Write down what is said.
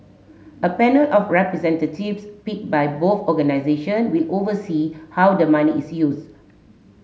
a panel of representatives picked by both organisation will oversee how the money is used